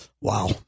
wow